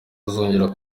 azagera